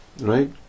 Right